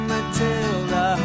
Matilda